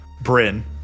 Bryn